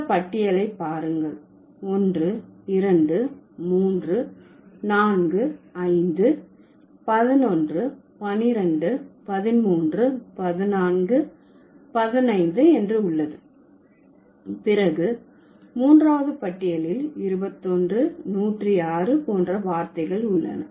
இந்த பட்டியலை பாருங்கள் ஒன்று இரண்டு மூன்று நான்கு ஐந்து பதினொன்று பன்னிரண்டு பதின்மூன்று பதினான்கு பதினைந்து என்று உள்ளது பிறகு மூன்றாவது பட்டியலில் இருபத்தொன்று நூற்றிஆறு போன்ற வார்த்தைகள் உள்ளன